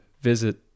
visit